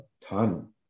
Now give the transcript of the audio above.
ton